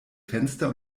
fenster